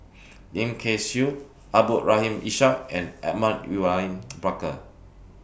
Lim Kay Siu Abdul Rahim Ishak and Edmund William Barker